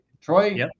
Troy